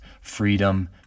freedom